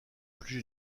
plus